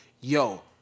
yo